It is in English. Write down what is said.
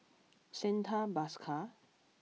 Santha Bhaskar